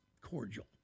cordial